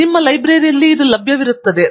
ಮತ್ತು ಇದು ನಿಮ್ಮ ಲೈಬ್ರರಿಯಿಂದ ಲಭ್ಯವಿರುತ್ತದೆ